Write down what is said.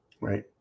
right